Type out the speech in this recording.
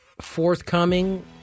forthcoming